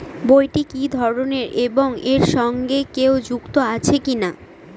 বইটি কি ধরনের এবং এর সঙ্গে কেউ যুক্ত আছে কিনা?